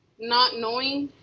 not knowing